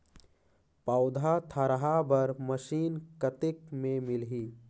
पौधा थरहा बर मशीन कतेक मे मिलही?